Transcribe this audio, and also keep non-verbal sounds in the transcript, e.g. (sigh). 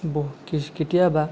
বহু (unintelligible) কেতিয়াবা